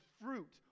fruit